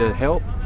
ah help?